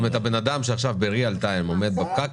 כלומר אדם שעכשיו בזמן אמת עומד בפקק